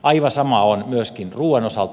aivan samoin on myöskin ruuan osalta